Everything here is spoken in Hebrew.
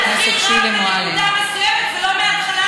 אי-אפשר להתחיל רק מנקודה אחת ולא מהתחלת האירוע.